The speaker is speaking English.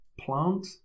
plant